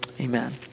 Amen